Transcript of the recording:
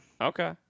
Okay